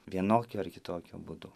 vienokiu ar kitokiu būdu